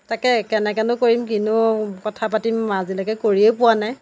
তাকে কেনেকেনো কৰিম কিনো কথা পাতিম আজিলৈকে কৰিয়ে পোৱা নাই